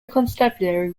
constabulary